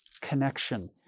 connection